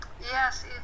yes